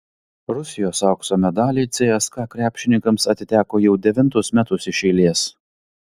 rusijos aukso medaliai cska krepšininkams atiteko jau devintus metus iš eilės